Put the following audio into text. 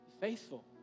Faithful